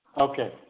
Okay